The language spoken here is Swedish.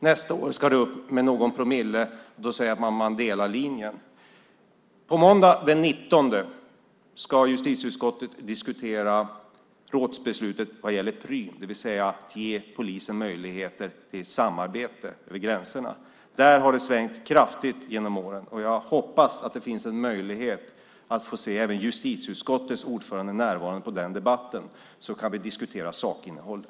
Nästa år ska anslaget upp med någon promille. Då sägs det att man delar linjen. På måndag den 19 maj ska justitieutskottet diskutera rådsbeslutet om Prüm, det vill säga att ge polisen möjligheter till samarbete över gränserna. Där har det svängt kraftigt genom åren, och jag hoppas att det finns en möjlighet att få se även justitieutskottets ordförande närvarande under den debatten, så kan vi diskutera sakinnehållet.